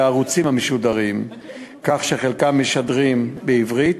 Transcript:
הערוצים המשודרים כך שחלקם משדרים בעברית,